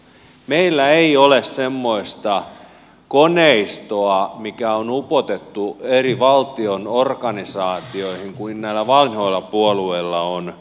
meillä ei ole semmoista koneistoa mikä on upotettu valtion eri organisaatioihin kuten näillä vanhoilla puolueilla on